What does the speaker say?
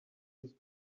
use